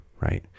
right